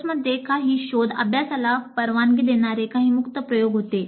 कोर्समध्ये काही शोध अभ्यासाला परवानगी देणारे काही मुक्त प्रयोग होते